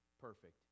perfect